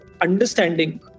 understanding